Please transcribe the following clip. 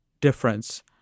difference